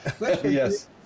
Yes